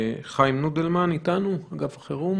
חיים נודלמן מאגף החירום